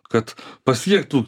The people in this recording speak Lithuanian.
kad pasiektų